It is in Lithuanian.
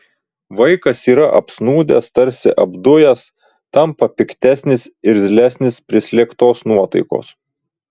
vaikas yra apsnūdęs tarsi apdujęs tampa piktesnis irzlesnis prislėgtos nuotaikos